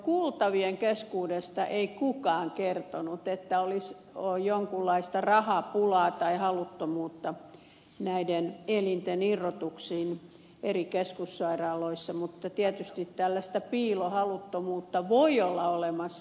kuultavien keskuudesta ei kukaan kertonut että olisi jonkunlaista rahapulaa tai haluttomuutta näiden elinten irrotuksiin eri keskussairaaloissa mutta tietysti tällaista piilohaluttomuutta voi olla olemassa